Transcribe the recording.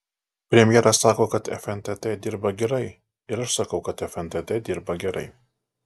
premjeras sako kad fntt dirba gerai ir aš sakau kad fntt dirba gerai